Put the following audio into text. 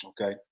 okay